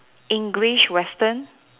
English Western